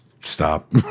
stop